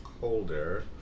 colder